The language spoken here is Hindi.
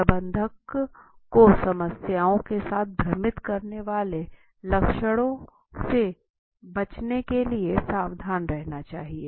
प्रबंधक को समस्याओं के साथ भ्रमित करने वाले लक्षणों से बचने के लिए सावधान रहना चाहिए